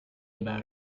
about